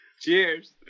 Cheers